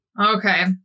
okay